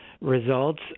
results